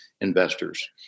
investors